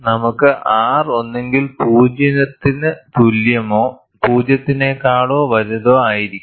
നമുക്ക് R ഒന്നുകിൽ 0 ന് തുല്യമോ 0 നെക്കാൾ വലുതോ ആയിരിക്കും